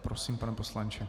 Prosím, pane poslanče.